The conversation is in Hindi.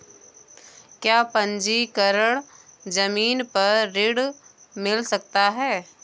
क्या पंजीकरण ज़मीन पर ऋण मिल सकता है?